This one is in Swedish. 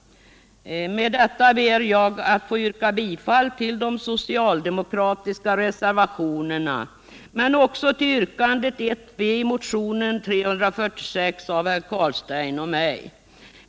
Jag ber att få yrka bifall till de socialdemokratiska reservationerna men också till yrkandet I b i motionen 346 av herr Carlstein och mig.